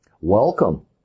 Welcome